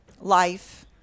life